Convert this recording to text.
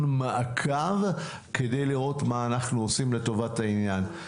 מעקב כדי לראות מה אנחנו עושים לטובת העניין.